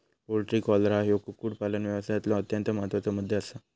poultry cholera ह्यो कुक्कुटपालन व्यवसायातलो अत्यंत महत्त्वाचा मुद्दो आसा